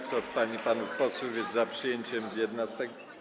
Kto z pań i panów posłów jest za przyjęciem 11.